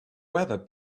weather